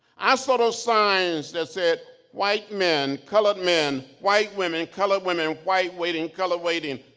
i saw those signs that said white men, colored men, white women, colored women, white waiting, colored waiting.